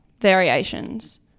variations